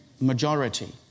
majority